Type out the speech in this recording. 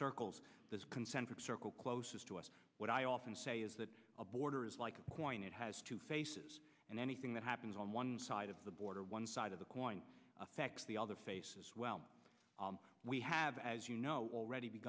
circles this concentric circle closest to us what i often say is that a border is like a point it has two faces and anything that happens on one side of the border one side of the coin affects the other faces well we have as you know already be